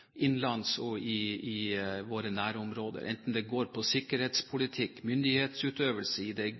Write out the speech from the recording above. utvikling innenlands og i våre nærområder, enten det går på sikkerhetspolitikk, myndighetsutøvelse i de